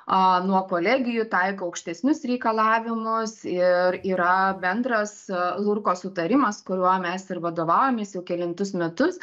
nuo kolegijų taiko aukštesnius reikalavimus ir yra bendras lurko sutarimas kuriuo mes ir vadovaujamės jau kelintus metus